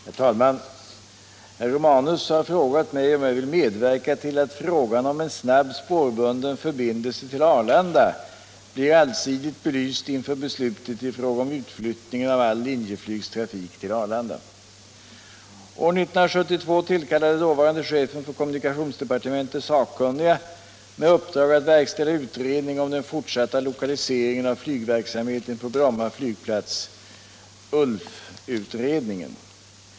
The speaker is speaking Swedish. Herr talman! Herr Romanus har frågat mig om jag vill medverka till att frågan om en snabb spårbunden förbindelse till Arlanda blir allsidigt belyst inför beslutet i fråga om utflyttningen av all Linjeflygs trafik till Arlanda. År 1972 tillkallade dåvarande chefen för kommunikationsdepartementet sakkunniga med uppdrag att verkställa utredning om den fortsatta lokaliseringen av flygverksamheten på Bromma flygplats — ULF-utredningen.